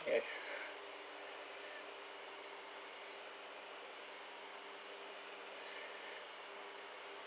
as